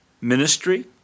ministry